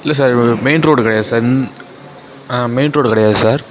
இல்லை sir main road கிடையாது sir main road கிடையாது சார்